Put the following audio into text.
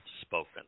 spoken